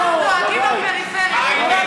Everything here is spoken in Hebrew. אנחנו דואגים לפריפריה.